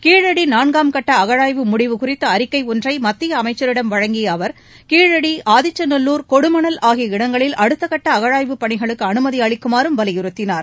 கீழடி நான்காம் கட்ட அகழாய்வு முடிவு குறித்த அறிக்கை ஒன்றை மத்திய அமைச்சரிடம் வழங்கிய அவர் கீழடி ஆதிச்சநல்லூர் கொடுமணல் ஆகிய இடங்களில் அடுத்தகட்ட அகழாய்வுப் பணிகளுக்கு அனுமதி அளிக்குமாறும் வலியுறுத்தினார்